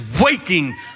waiting